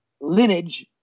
lineage –